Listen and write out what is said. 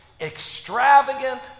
extravagant